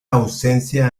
ausencia